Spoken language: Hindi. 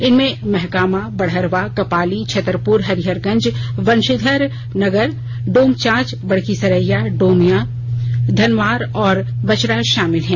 इनमें महागामा बड़हरवा कपाली छतरपूर हरिहरगंज वंशीधर नगर डोमचांच बड़की सरैया गोमियांधनवार और बचरा शामिल है